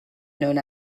known